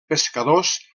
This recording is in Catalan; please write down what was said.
pescadors